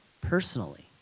personally